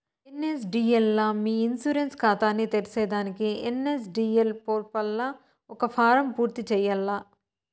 NSDL లా మీ insurance కాతాని తెర్సేదానికి ఎన్.ఎస్.డి.ఎల్ పోర్పల్ల ఒక ఫారం పూర్తి చేయాల్ల